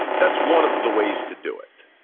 that's one of the ways to do it.